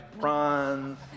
bronze